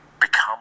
become